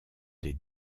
des